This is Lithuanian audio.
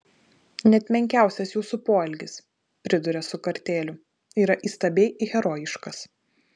net menkiausias jūsų poelgis priduria su kartėliu yra įstabiai herojiškas